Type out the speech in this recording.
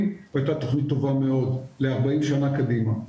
והייתה תכנית טובה מאוד ל-40 שנה קדימה.